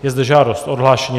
Je zde žádost o odhlášení.